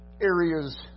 areas